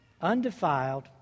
undefiled